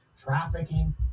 trafficking